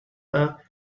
were